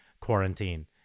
quarantine